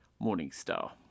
Morningstar